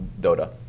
dota